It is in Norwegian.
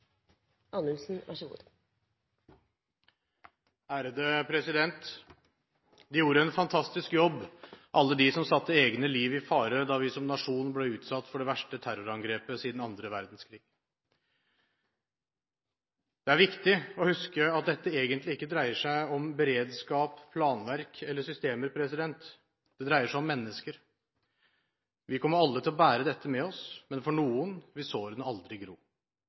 De gjorde en fantastisk jobb alle de som satte egne liv i fare, da vi som nasjon ble utsatt for det verste terrorangrepet siden annen verdenskrig. Det er viktig å huske at dette egentlig ikke dreier seg om beredskap, planverk eller systemer, det dreier seg om mennesker. Vi kommer alle til å bære dette med oss, men for noen vil sårene aldri gro.